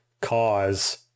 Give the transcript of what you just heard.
cause